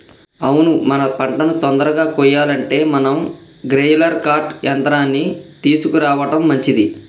అవును మన పంటను తొందరగా కొయ్యాలంటే మనం గ్రెయిల్ కర్ట్ యంత్రాన్ని తీసుకురావడం మంచిది